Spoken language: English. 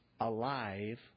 alive